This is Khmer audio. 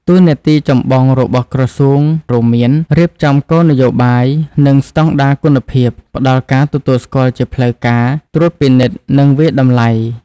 តួនាទីចម្បងរបស់ក្រសួងរួមមាន រៀបចំគោលនយោបាយ និងស្តង់ដារគុណភាព ផ្តល់ការទទួលស្គាល់ជាផ្លូវការ ត្រួតពិនិត្យ និងវាយតម្លៃ។